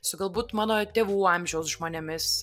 su galbūt mano tėvų amžiaus žmonėmis